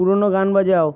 পুরনো গান বাজাও